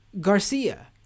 Garcia